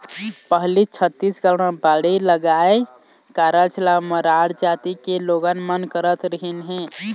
पहिली छत्तीसगढ़ म बाड़ी लगाए कारज ल मरार जाति के लोगन मन करत रिहिन हे